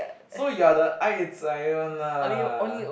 so you're the ah it's like that one lah